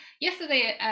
yesterday